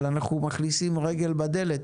אבל אנחנו מכניסים רגל בדלת,